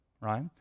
Right